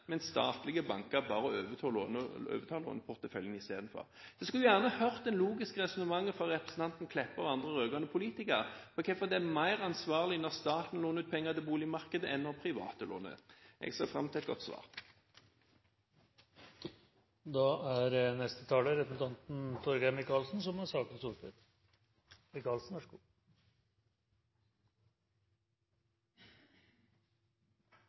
Men dette egenkapitalkravet blir svært kunstig når private banker tvinges til å låne ut mindre, mens statlige banker i stedet bare overtar låneporteføljen. Jeg skulle gjerne hørt det logiske resonnementet fra representanten Meltveit Kleppa og andre rød-grønne politikere om hvorfor det er mer ansvarlig når staten låner ut penger til boligmarkedet enn når private låner ut. Jeg ser fram til et godt svar.